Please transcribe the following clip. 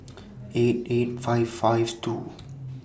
eight eight five five two